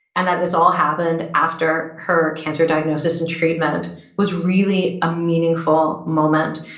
and that this all happened after her cancer diagnosis and treatment was really a meaningful moment.